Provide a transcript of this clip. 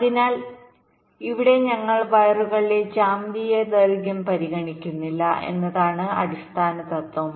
അതിനാൽ ഇവിടെ ഞങ്ങൾ വയറുകളുടെ ജ്യാമിതീയ ദൈർഘ്യം പരിഗണിക്കുന്നില്ല എന്നതാണ് അടിസ്ഥാന തത്വം